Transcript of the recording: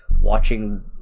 watching